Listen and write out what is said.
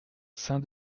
saint